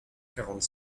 quarante